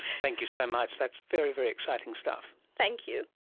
thank you so much, that's very, very exciting stuff. thank you.